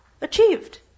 achieved